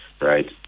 right